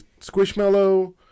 Squishmallow